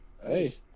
Hey